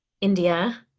india